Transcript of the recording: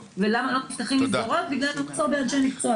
ולמה לא נפתחות מסגרות- בגלל מחסור באנשי מקצוע,